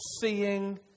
seeing